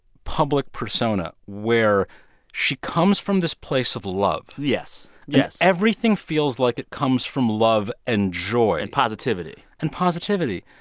public persona where she comes from this place of love yes, yes everything feels like it comes from love and joy and positivity and positivity.